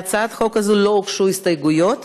להצעת החוק הזאת לא הוגשו הסתייגויות,